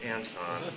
Anton